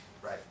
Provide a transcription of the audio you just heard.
Right